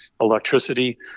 electricity